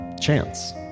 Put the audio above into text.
Chance